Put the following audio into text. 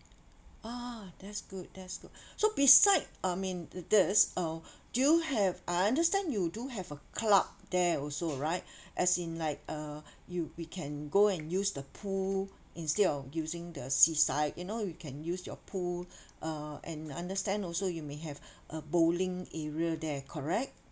oh that's good that's good so beside I mean this uh do you have I understand you do have a club there also right as in like uh you we can go and use the pool instead of using the seaside you know we can use your pool uh and understand also you may have a bowling area there correct